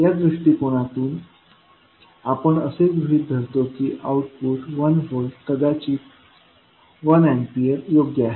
या दृष्टिकोनातून आपण असे गृहित धरतो की आउटपुट 1 व्होल्ट किंवा कदाचित 1 अँपिअर योग्य आहे